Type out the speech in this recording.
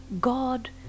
God